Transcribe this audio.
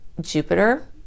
Jupiter